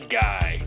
guy